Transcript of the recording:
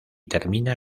termina